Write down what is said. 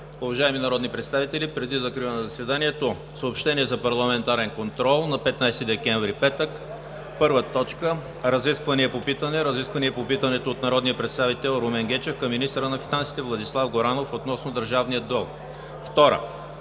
Уважаеми народни представители, преди закриване на заседанието, съобщения за парламентарния контрол на 15 декември 2017 г., петък: 1. Разисквания по питането от народния представител Румен Гечев към министъра на финансите Владислав Горанов относно държавният дълг.